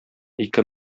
ике